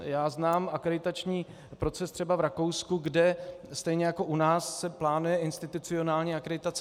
Já znám akreditační proces třeba v Rakousku, kde stejně jako u nás se plánuje institucionální akreditace.